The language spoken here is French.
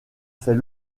fait